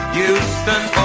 Houston